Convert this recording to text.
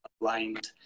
aligned